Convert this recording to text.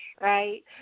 right